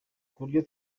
kuburyo